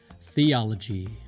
theology